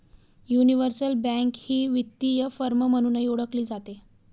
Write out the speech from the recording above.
universal bank ही वित्तीय firm म्हणूनही ओळखली जाते